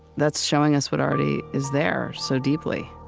that's showing us what already is there so deeply